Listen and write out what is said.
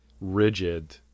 rigid